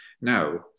Now